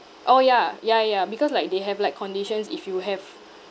orh ya ya ya because like they have like conditions if you have